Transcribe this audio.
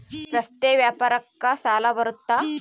ರಸ್ತೆ ವ್ಯಾಪಾರಕ್ಕ ಸಾಲ ಬರುತ್ತಾ?